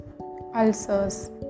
ulcers